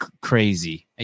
crazy